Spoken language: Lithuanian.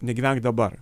negyvenk dabar